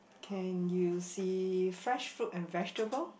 can you see fresh fruit and vegetable